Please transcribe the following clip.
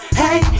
hey